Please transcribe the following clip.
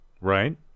right